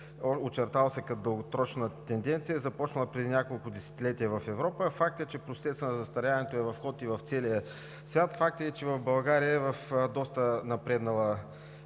очертало се като дългосрочна тенденция, започнала преди няколко десетилетия в Европа. Факт е, че процесът на застаряването е в ход и в целия свят, факт е, че в България е в доста напреднала